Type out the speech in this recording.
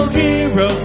hero